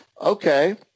Okay